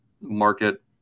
market